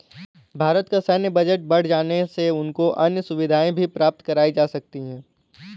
भारत का सैन्य बजट बढ़ जाने से उनको अन्य सुविधाएं भी प्राप्त कराई जा सकती हैं